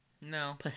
no